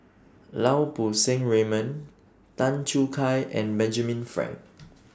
Lau Poo Seng Raymond Tan Choo Kai and Benjamin Frank